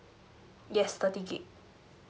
yes thirty gig